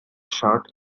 shirt